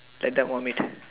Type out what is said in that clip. that one meter